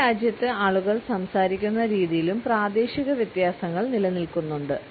ഒരേ രാജ്യത്ത് ആളുകൾ സംസാരിക്കുന്ന രീതിയിലും പ്രാദേശിക വ്യത്യാസങ്ങൾ നിലനിൽക്കുന്നുണ്ട്